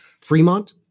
Fremont